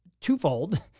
twofold